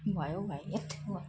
भयो भाइ हइट